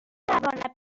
توانم